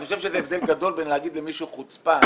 אני חושב שזה הבדל גדול בין להגיד למישהו חוצפן